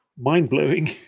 mind-blowing